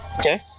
Okay